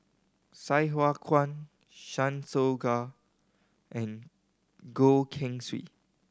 Sai Hua Kuan Chan Soh Ga and Goh Keng Swee